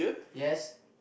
yes